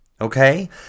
okay